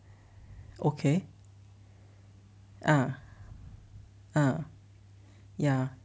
okay ah ah ya